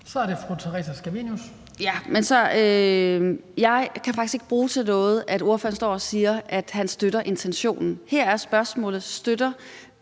Kl. 16:16 Theresa Scavenius (UFG): Jeg kan faktisk ikke bruge til noget, at ordføreren står og siger, at han støtter intentionen. Her er spørgsmålet: Støtter